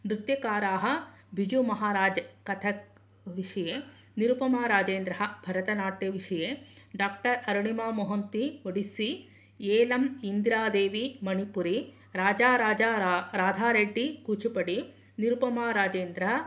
नृत्यकाराः बिजुमहाराज् कथक् विषये निरुपमाराजेन्द्रः भरतनाट्यविषये डाक्टर् अरणिमा मोहन्ती ओडिस्सी एलम् इन्द्रिरा देवी मणिपुरी राजाराजा राधा रेड्डी कुचुपडि निरुपमाराजेन्द्रः